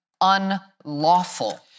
unlawful